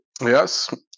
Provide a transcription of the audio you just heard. Yes